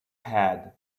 had